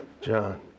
John